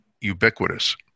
ubiquitous